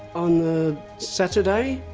on the saturday